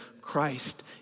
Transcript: Christ